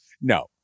No